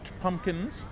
pumpkins